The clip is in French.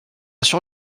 sur